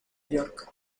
york